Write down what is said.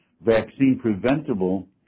vaccine-preventable